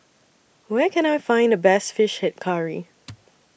Where Can I Find The Best Fish Head Curry